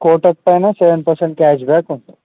కోటక్ పైన seven percent cash back ఉంటుంది